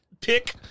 pick